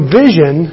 vision